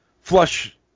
...flush